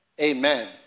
Amen